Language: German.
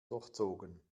durchzogen